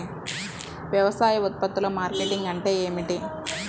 వ్యవసాయ ఉత్పత్తుల మార్కెటింగ్ అంటే ఏమిటి?